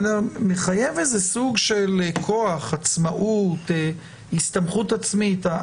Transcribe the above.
מחייב סוג של כוח, עצמאות, הסתמכות עצמית.